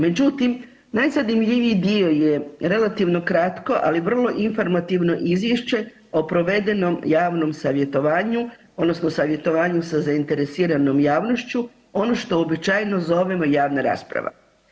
Međutim, najzanimljiviji dio je relativno kratko, ali vrlo informativno izvješće o provedenom javnom savjetovanju odnosno savjetovanju sa zainteresiranom javnošću, ono što uobičajeno zovemo javna rasprava.